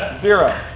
zero.